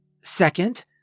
Second